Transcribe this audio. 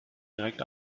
direkt